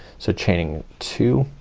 so chaining two,